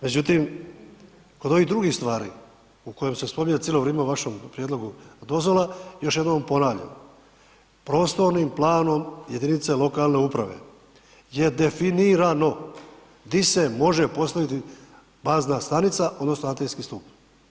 Međutim, kod ovih drugih stvari u kojem se spominje cilo vrime u vašem prijedlogu dozvola, još jednom ponavljam, prostornim planom jedinice lokalne uprave je definirano di se može postaviti bazna stanica odnosno atenski stup.